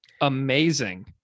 Amazing